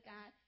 God